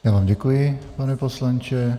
Já vám děkuji, pane poslanče.